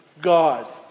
God